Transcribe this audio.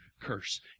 curse